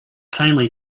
kindly